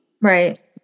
right